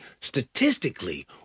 statistically